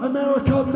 America